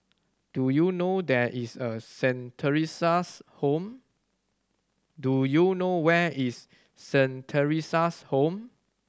do you know there is Saint Theresa's Home do you know there is Saint Theresa's Home